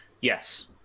yes